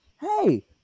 hey